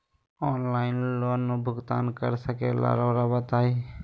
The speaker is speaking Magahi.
ऑनलाइन लोन भुगतान कर सकेला राउआ बताई?